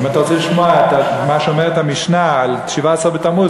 אם אתה רוצה לשמוע את מה שאומרת המשנה על 17 בתמוז,